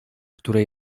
które